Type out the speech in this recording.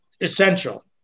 essential